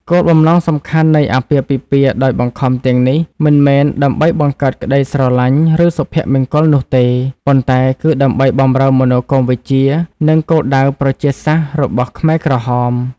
គោលបំណងសំខាន់នៃអាពាហ៍ពិពាហ៍ដោយបង្ខំទាំងនេះមិនមែនដើម្បីបង្កើតក្តីស្រឡាញ់ឬសុភមង្គលនោះទេ ប៉ុន្តែគឺដើម្បីបម្រើមនោគមវិជ្ជា និងគោលដៅប្រជាសាស្ត្ររបស់ខ្មែរក្រហម។